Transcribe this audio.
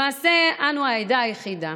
למעשה, אנו העדה היחידה